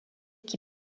qui